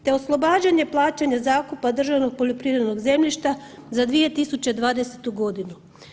Te oslobađanje plaćanja zakupa državnog poljoprivrednog zemljišta za 2020. godinu.